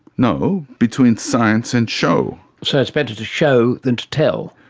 no, between science and show. so it's better to show than to tell?